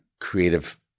creative